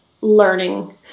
learning